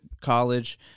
college